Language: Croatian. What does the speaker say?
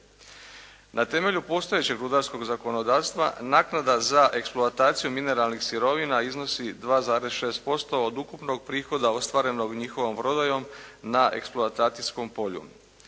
Na temelju postojećeg rudarskog zakonodavstva naknada za eksploataciju mineralnih sirovina iznosi 2,6% od ukupnog prihoda ostvarenog njihovom prodajom na eksploatacijskom polju.